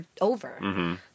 over